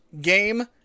game